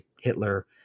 Hitler